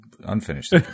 Unfinished